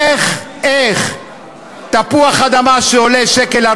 איך תפוח-אדמה שעולה 1.40 שקל,